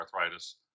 arthritis